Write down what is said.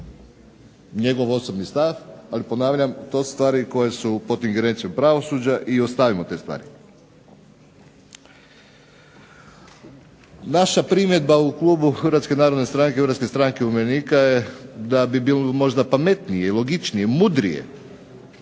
njegov osobni stav. Ali ponavljam to su stvari koje su pod ingerencijom pravosuđa i ostavimo te stvari. Naša primjedba u klubu HNS-a i HSU-a je da je bi bilo možda pametnije, logičnije, mudrije